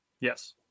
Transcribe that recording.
Yes